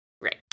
right